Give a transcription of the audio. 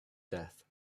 death